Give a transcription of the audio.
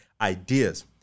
ideas